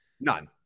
None